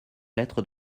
lettre